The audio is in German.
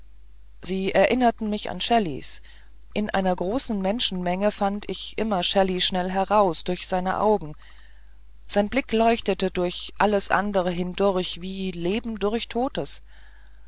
sie erinnerten mich an shelleys in einer großen menschenmenge fand ich immer shelley schnell heraus durch seine augen sein blick leuchtete durch alle anderen hindurch wie leben durch totes